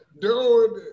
Dude